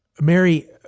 Mary